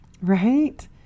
right